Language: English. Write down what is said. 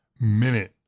minute